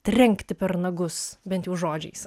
trenkti per nagus bent jau žodžiais